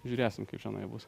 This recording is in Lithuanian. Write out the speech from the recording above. žiūrėsim kaip čionai bus